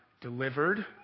delivered